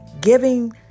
giving